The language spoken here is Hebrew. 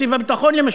תקציב הביטחון למשל,